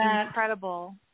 incredible